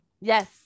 Yes